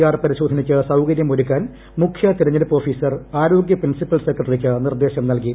R പരിശോധനയ്ക്ക് സൌകര്യമൊരുക്കാൻ മുഖ്യ തെരഞ്ഞെടുപ്പ് ഓഫീസർ ആരോഗ്യ പ്രിൻസിപ്പൽ സെക്രട്ടറിക്ക് നിർദ്ദേശം നൽകി